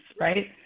right